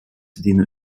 dienen